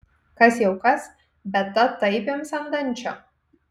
kas jau kas bet ta taip ims ant dančio